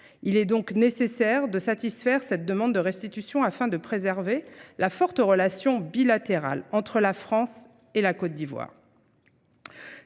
Il est donc nécessaire de satisfaire cette demande de restitution afin de préserver la forte relation bilatérale entre la France et la Côte d'Ivoire.